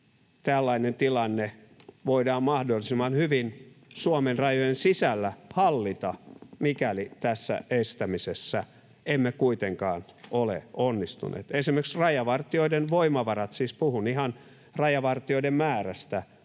tällainen tilanne voidaan mahdollisimman hyvin Suomen rajojen sisällä hallita, mikäli tässä estämisessä emme kuitenkaan ole onnistuneet. Esimerkiksi rajavartijoiden voimavarat, siis puhun ihan rajavartijoiden määrästä,